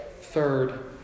third